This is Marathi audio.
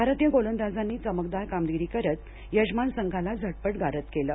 भारतीय गोलंदाजांनी चमकदार कामगिरी करत यजमान संघाला झटपट गारद केलं